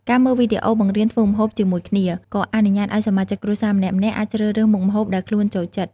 ការមើលវីដេអូបង្រៀនធ្វើម្ហូបជាមួយគ្នា ក៏អនុញ្ញាតឱ្យសមាជិកគ្រួសារម្នាក់ៗអាចជ្រើសរើសមុខម្ហូបដែលខ្លួនចូលចិត្ត ។